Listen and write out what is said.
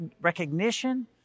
recognition